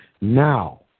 Now